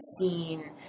scene